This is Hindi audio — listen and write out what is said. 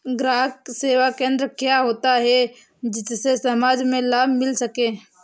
ग्राहक सेवा केंद्र क्या होता है जिससे समाज में लाभ मिल सके?